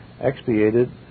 Expiated